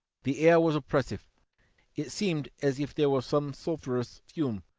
the air was oppressive it seemed as if there was some sulphurous fume,